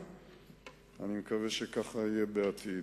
אני מקווה שכך יהיה בעתיד.